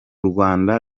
rwanda